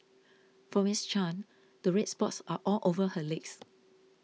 for Ms Chan the red spots are all over her legs